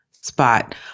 spot